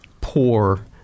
poor